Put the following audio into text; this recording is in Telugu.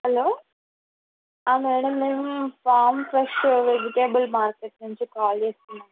హలో మేడం మేము ఫార్మ్ ఫ్రెష్ వెజిటేబుల్ మార్కెట్ నుంచి కాల్ చేస్తున్నాము